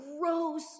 gross